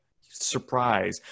surprise